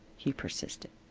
he persisted.